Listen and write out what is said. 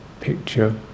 picture